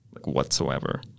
whatsoever